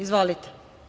Izvolite.